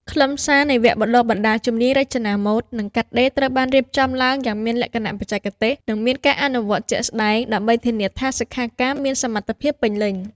ខ្លឹមសារនៃវគ្គបណ្តុះបណ្តាលជំនាញរចនាម៉ូដ និងកាត់ដេរត្រូវបានរៀបចំឡើងយ៉ាងមានលក្ខណៈបច្ចេកទេស និងមានការអនុវត្តជាក់ស្តែង ដើម្បីធានាថាសិក្ខាកាមមានសមត្ថភាពពេញលេញ។